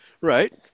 Right